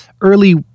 early